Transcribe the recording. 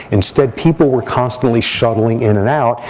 instead, people were constantly shuttling in and out.